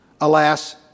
alas